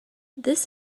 this